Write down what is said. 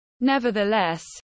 Nevertheless